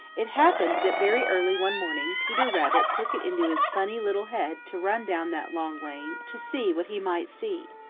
it happened that very early one morning peter rabbit took it into his funny little head to run down that long lane to see what he might see.